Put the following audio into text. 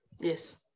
Yes